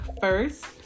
first